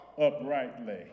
uprightly